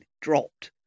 dropped